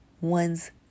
one's